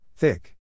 Thick